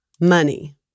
Money